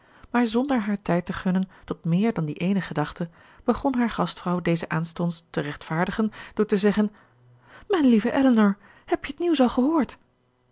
maar zonder haar tijd te gunnen tot méér dan die eene gedachte begon haar gastvrouw deze aanstonds te rechtvaardigen door te zeggen mijn lieve elinor heb je t nieuws al gehoord